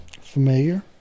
Familiar